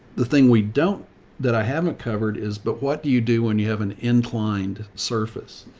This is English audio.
the thing we don't that i haven't covered is, but what do you do when you have an inclined surface?